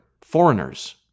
foreigners